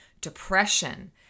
depression